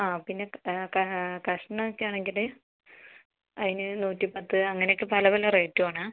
ആ പിന്നെ കഷ്ണം ഒക്കെ ആണങ്കിൽ അതിന് നൂറ്റിപ്പത്ത് അങ്ങനെ ഒക്കെ പല പല റേറ്റ് ആണ്